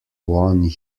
one